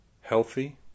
healthy